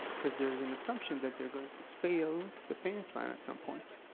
because there is an assumption that they're going to fail the payment plan at some point.